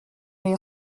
les